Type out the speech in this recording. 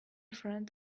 friend